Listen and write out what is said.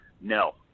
no